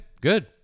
Good